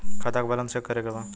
खाता का balance check करे के बा?